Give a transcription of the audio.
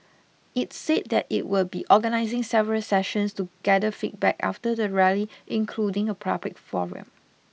it said that it will be organising several sessions to gather feedback after the rally including a public forum